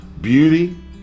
beauty